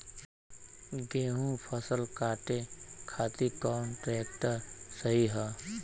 गेहूँक फसल कांटे खातिर कौन ट्रैक्टर सही ह?